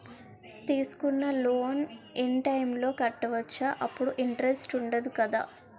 తీసుకున్న loan in time లో కట్టవచ్చ? అప్పుడు ఇంటరెస్ట్ వుందదు కదా?